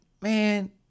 man